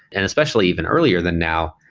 and especially even earlier than now,